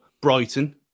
Brighton